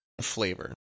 Flavor